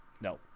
no